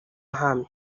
ahamye